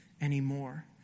anymore